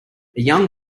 young